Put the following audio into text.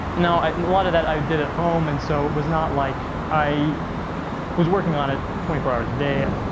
now, and a lot of that i did at home and so it was not like i was working on it, twenty four hours a day,